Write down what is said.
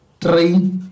three